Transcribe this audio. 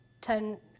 ten